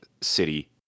City